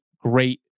great